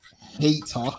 Hater